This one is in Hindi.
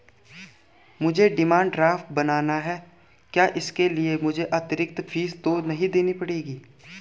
मुझे डिमांड ड्राफ्ट बनाना है क्या इसके लिए मुझे अतिरिक्त फीस तो नहीं देनी पड़ेगी?